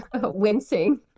wincing